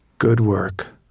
good work,